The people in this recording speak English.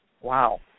Wow